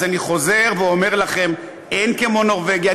אז אני חוזר ואומר לכם: אין כמו נורבגיה.